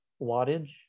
wattage